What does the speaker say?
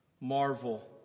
Marvel